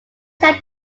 said